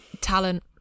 talent